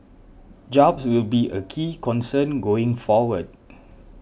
jobs will be a key concern going forward